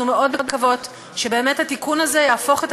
אנחנו מאוד מקוות שבאמת התיקון הזה יהפוך את